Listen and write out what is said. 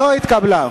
נתקבלה.